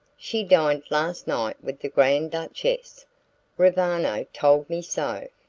she dined last night with the grand duchess roviano told me so.